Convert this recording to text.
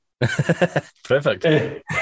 Perfect